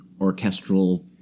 orchestral